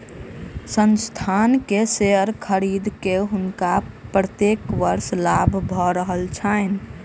संस्थान के शेयर खरीद के हुनका प्रत्येक वर्ष लाभ भ रहल छैन